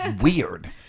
weird